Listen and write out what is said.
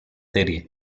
serie